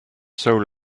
soul